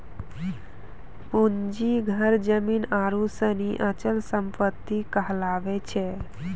पूंजी घर जमीन आरु सनी अचल सम्पत्ति कहलावै छै